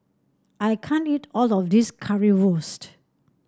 I can't eat all of this Currywurst